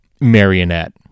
marionette